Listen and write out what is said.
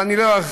ואני לא ארחיב,